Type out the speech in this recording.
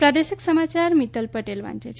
પ્રાદેશિક સમાચાર મિત્તલ પટેલ વાંચે છે